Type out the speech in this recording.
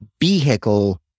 vehicle